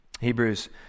Hebrews